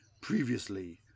previously